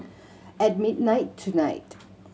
at midnight tonight